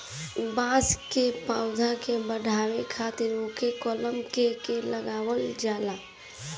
बांस के पौधा के बढ़ावे खातिर ओके कलम क के लगावल जाला